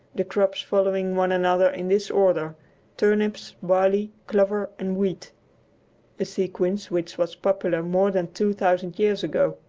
the crops following one another in this order turnips, barley, clover and wheat a sequence which was popular more than two thousand years ago.